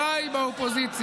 שלך ביחד,